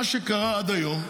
מה שקרה עד היום,